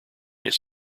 his